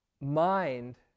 mind